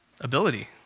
ability